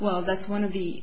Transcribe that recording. well that's one of the